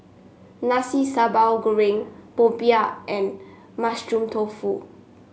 Nasi Sambal Goreng Popiah and Mushroom Tofu